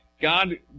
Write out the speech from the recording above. God